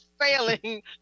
failing